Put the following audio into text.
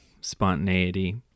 spontaneity